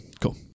Cool